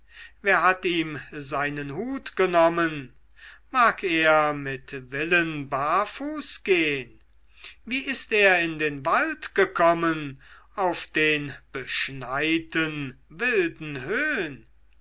wer hat ihm seinen hut genommen mag er mit willen barfuß gehn wie ist er in den wald gekommen auf den beschneiten wilden höhn